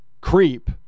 Creep